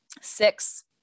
Six